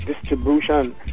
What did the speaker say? distribution